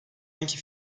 anki